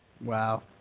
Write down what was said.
Wow